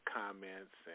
comments